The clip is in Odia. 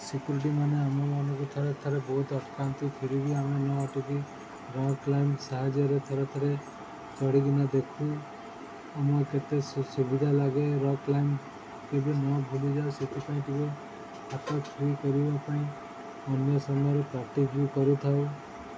ସିକ୍ୟୁରିଟିମାନେ ଆମ ମାନଙ୍କୁ ଥରେ ଥରେ ବହୁତ ଅଟକାନ୍ତି ଫିର ବିି ଆମେ ନଅଟିକି ରକ୍ କ୍ଲାଇମ୍ବ ସାହାଯ୍ୟରେ ଥରେ ଥରେ ଚଡ଼ିକିନା ଦେଖୁ ଆମ କେତେ ସୁ ସୁବିଧା ଲାଗେ ରକ୍ କ୍ଲାଇମ୍ବ କେବେ ନ ଭୁଲିଯାଉ ସେଥିପାଇଁ ଟିକେ ହାତ ଫ୍ରୀ କରିବା ପାଇଁ ଅନ୍ୟ ସମୟରେ ପ୍ରାକ୍ଟିସ ବି କରୁଥାଉ